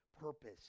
purpose